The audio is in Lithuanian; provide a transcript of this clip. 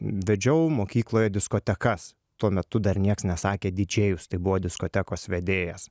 vedžiau mokykloje diskotekas tuo metu dar nieks nesakė didžėjus tai buvo diskotekos vedėjas